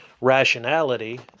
rationality